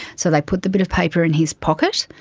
so they put the bit of paper in his pocket,